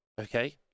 okay